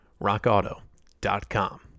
rockauto.com